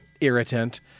irritant